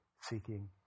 seeking